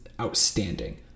outstanding